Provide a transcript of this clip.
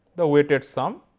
the weighted sum.